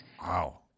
Wow